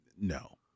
No